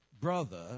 brother